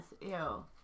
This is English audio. Ew